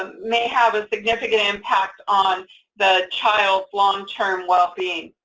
ah may have a significant impact on the child's long-term well-being.